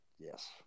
yes